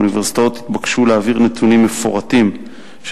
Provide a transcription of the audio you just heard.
האוניברסיטאות התבקשו להעביר נתונים מפורטים של